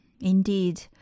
Indeed